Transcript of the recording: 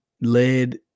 led